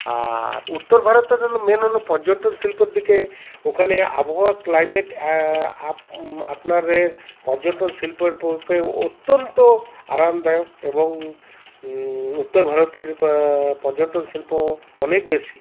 আর উত্তর ভারতের হলো মেন হলো পর্যটন শিল্পর দিকে ওখানে আবহাওয়া ক্লাইমেট আপনাদের পর্যটন শিল্পকে অত্যন্ত আরামদায়ক এবং উত্তর ভারতের পর্যটন শিল্প অনেক বেশি